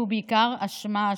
ובעיקר אשמה,